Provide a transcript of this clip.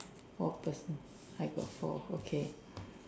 four person I got four okay